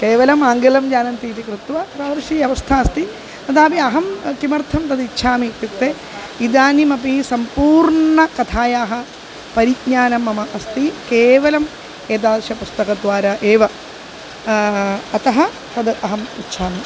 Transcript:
केवलम् आङ्गलं जानन्ति इति कृत्वा तादृशी अवस्था अस्ति तदापि अहं किमर्थं तद् इच्छामि इत्युक्ते इदानीमपि सम्पूर्ण कथायाः परिज्ञानं मम अस्ति केवलम् एतादृशं पुस्तकद्वारा एव अतः तद् अहम् इच्छामि